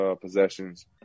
possessions